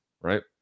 Right